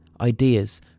ideas